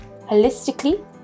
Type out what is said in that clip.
holistically